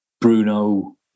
Bruno